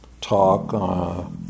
talk